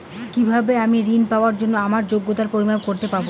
কিভাবে আমি ঋন পাওয়ার জন্য আমার যোগ্যতার পরিমাপ করতে পারব?